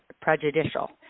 prejudicial